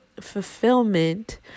fulfillment